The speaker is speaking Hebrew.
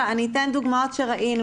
אני אתן דוגמאות שראינו.